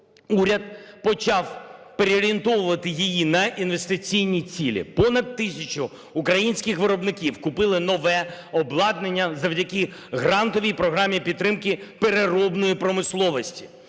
уряд почав переорієнтовувати її на інвестиційні цілі. Понад тисячу українських виробників купили нове обладнання завдяки грантовій програмі підтримки переробної промисловості.